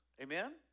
Amen